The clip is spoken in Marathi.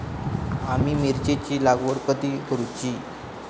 आम्ही मिरचेंची लागवड कधी करूची?